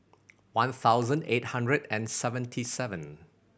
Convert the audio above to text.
one thousand eight hundred and seventy seven